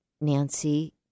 Nancy